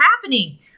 happening